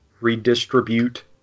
redistribute